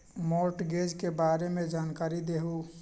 Mortgage के बारे में जानकारी देहु?